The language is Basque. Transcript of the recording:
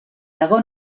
dago